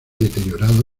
deteriorado